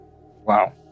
Wow